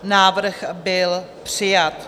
Návrh byl přijat.